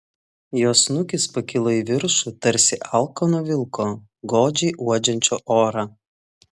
jo snukis pakilo į viršų tarsi alkano vilko godžiai uodžiančio orą